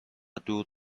دور